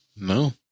No